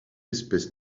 espèce